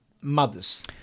mothers